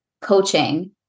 coaching